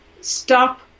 stop